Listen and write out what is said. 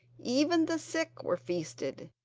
even the sick were feasted,